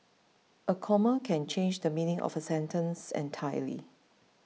a comma can change the meaning of a sentence entirely